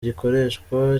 gikoreshwa